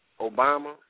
Obama